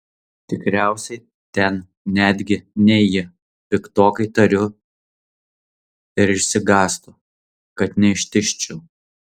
tikriausiai ten netgi ne ji piktokai tariu ir išsigąstu kad neištižčiau